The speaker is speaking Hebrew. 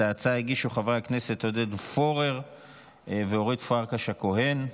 את ההצעה הגישו חברי הכנסת עודד פורר ואורית פרקש הכהן.